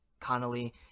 Connolly